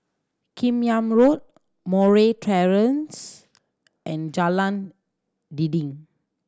Kim Yam Road Murray Terrace and Jalan Dinding